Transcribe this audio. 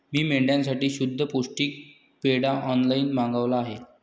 मी मेंढ्यांसाठी शुद्ध पौष्टिक पेंढा ऑनलाईन मागवला आहे